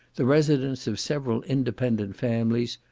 the residence of several independent families,